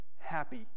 happy